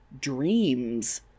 dreams